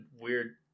Weird